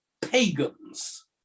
pagans